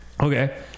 okay